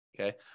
Okay